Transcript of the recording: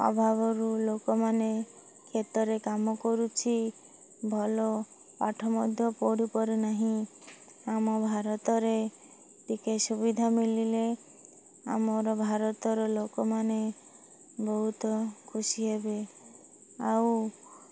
ଅଭାବରୁ ଲୋକମାନେ କ୍ଷେତରେ କାମ କରୁଛି ଭଲ ପାଠ ମଧ୍ୟ ପଢ଼ି ପାରୁନାହିଁ ଆମ ଭାରତରେ ଟିକେ ସୁବିଧା ମଳିଲେ ଆମର ଭାରତର ଲୋକମାନେ ବହୁତ ଖୁସି ହେବେ ଆଉ